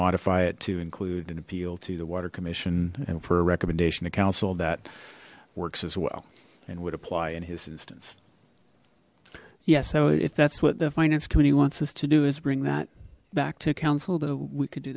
modify it to include an appeal to the water commission and for a recommendation to council that works as well and would apply in his instance yes so if that's what the finance committee wants us to do is bring that back to council though we could do